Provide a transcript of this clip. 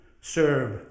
serve